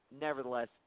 nevertheless